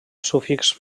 sufix